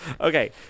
okay